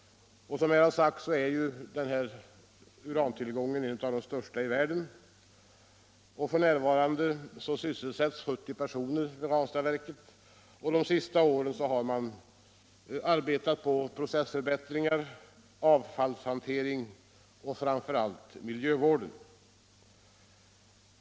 Denna uranfyndighet är en av de största i världen. F. n. sysselsätts 70 personer vid Ranstadsverket. De senaste åren har man arbetat med processförbättringar, avfallshantering och framför allt miljövård.